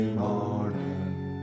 morning